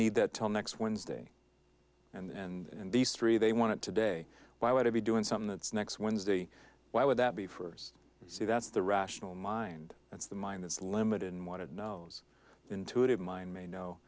need that till next wednesday and these three they want today why would i be doing something that's next wednesday why would that be first see that's the rational mind that's the mind that's limited in want to know intuitive mind may know